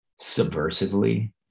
subversively